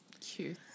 Cute